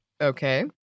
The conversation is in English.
okay